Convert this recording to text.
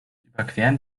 überqueren